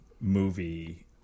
movie